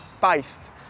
faith